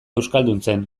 euskalduntzen